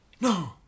No